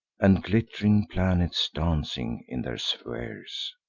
and glitt'ring planets dancing in their spheres!